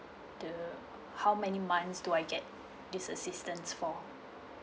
the how many months do I get this assistance for